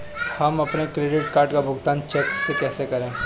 हम अपने credit card का भुगतान चेक से कैसे करें?